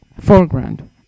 foreground